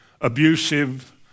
abusive